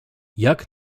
jak